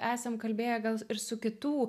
esam kalbėję gal ir su kitų